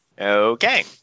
Okay